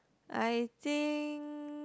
I think